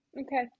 okay